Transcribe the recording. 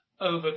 Over